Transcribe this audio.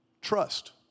Trust